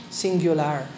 singular